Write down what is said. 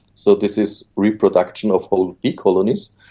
so this is reproduction of whole bee colonies,